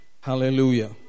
Hallelujah